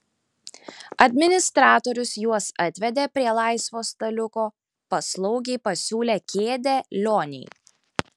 administratorius juos atvedė prie laisvo staliuko paslaugiai pasiūlė kėdę lionei